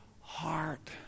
heart